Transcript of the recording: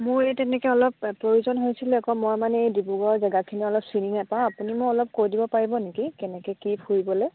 মোৰ এই তেনেকে অলপ প্ৰয়োজন হৈছিলে আকৌ মই মানে এই ডিব্ৰুগড়ৰ জেগাখিনি অলপ চিনি নেপাওঁ আপুনি মোক অলপ কৈ দিব পাৰিব নেকি কেনেকে কি ফুৰিবলৈ